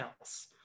else